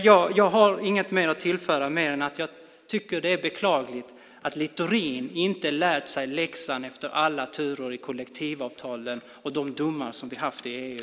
Jag har inget att tillföra mer än att jag tycker att det är beklagligt att Littorin inte har lärt sig läxan efter alla turer i kollektivavtalen och de domar vi har haft i EU.